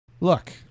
Look